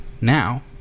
Now